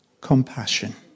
compassion